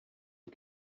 und